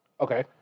Okay